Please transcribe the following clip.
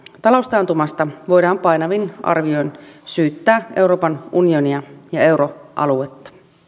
taloustaantumasta voidaan painavin arvioin syyttää euroopan unionia ja euroaluetta